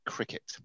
Cricket